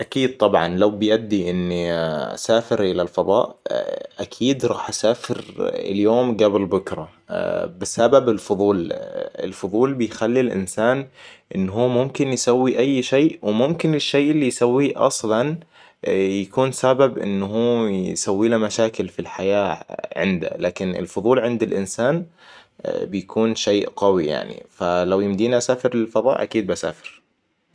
أكيد طبعاً لو بيدي إني أسافر الى الفضاء اكيد راح اسافر اليوم قبل بكرة بسبب الفضول الفضول بيخلي الانسان إن هو ممكن يسوي أي شيء وممكن الشيء اللي يسويه اصلاً يكون سبب إن هو يسوي له مشاكل في الحياة عنده لكن الفضول عند الإنسان بيكون شيء قوي يعني فلو يمديني أسافر للفضاء أكيد بسافر